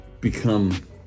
become